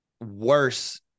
worse